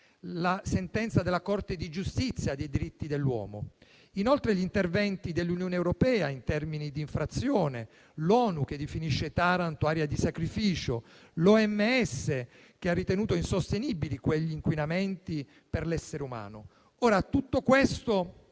la sentenza della Corte di giustizia dei diritti dell'uomo. Vi sono inoltre gli interventi dell'Unione europea in termini di infrazione; l'ONU che definisce Taranto «zona di sacrificio»; l'OMS che ha ritenuto insostenibili quei livelli di inquinamento per l'essere umano. Tutto questo